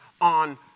on